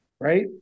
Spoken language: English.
right